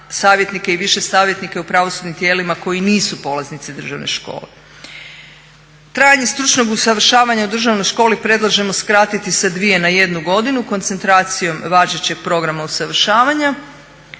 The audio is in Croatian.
savjetnike i više savjetnike u pravosudnim tijelima koji nisu polaznici državne škole. Trajanje stručnog usavršavanja u državnoj školi predlažemo skratiti sa 2 na 1 godinu, koncentracijom važećeg programa usavršavanja.